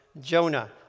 Jonah